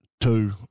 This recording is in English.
two